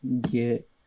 get